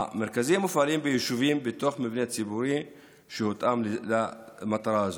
המרכזים מופעלים ביישובים בתוך מבנה ציבורי שהותאם למטרה הזאת.